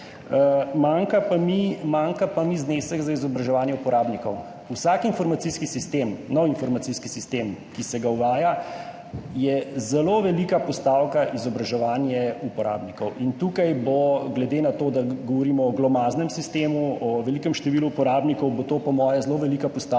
manjka pa znesek za izobraževanje uporabnikov. Pri vsakem novem informacijskem sistemu, ki se ga uvaja, je zelo velika postavka izobraževanje uporabnikov. In tu bo, glede na to, da govorimo o glomaznem sistemu, o velikem številu uporabnikov, po moje zelo velika postavka,